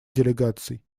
делегаций